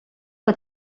que